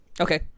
Okay